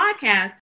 podcast